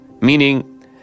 meaning